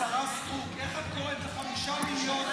השרה סטרוק, איך את קוראת לחמישה מיליון